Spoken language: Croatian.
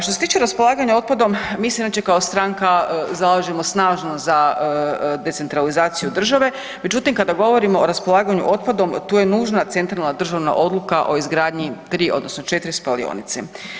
Što se tiče raspolaganja otpadom, mi se inače kao stranka jako zalažemo snažno za decentralizaciju države, međutim kada govorimo o raspolaganju otpadom tu je nužna centralna državna odluka o izgradnji tri odnosno četiri spalionice.